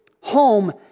home